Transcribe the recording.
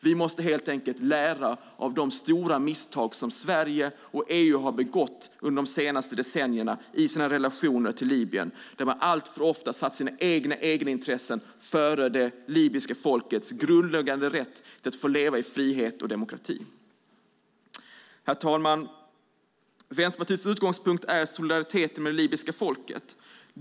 Vi måste helt enkelt lära av de stora misstag som Sverige och EU har begått under de senaste decennierna i sina relationer till Libyen, där man alltför ofta har satt sina egenintressen före det libyska folkets grundläggande rätt att leva i frihet och demokrati. Herr talman! Vänsterpartiets utgångspunkt är solidariteten med det libyska folket.